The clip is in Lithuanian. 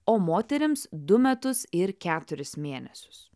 o moterims du metus ir keturis mėnesius